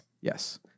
Yes